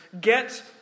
get